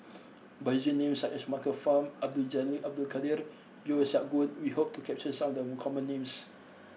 by using names such as Michael Fam Abdul Jalil Abdul Kadir Yeo Siak Goon we hope to capture some of the common names